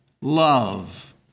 love